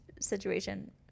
situation